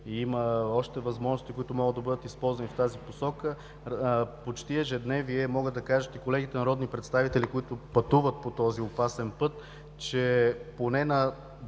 и има още възможности, които могат да бъдат използвани в тази посока. Почти ежедневие е – могат да кажат и колегите народни представители, които пътуват по този опасен път, че поне на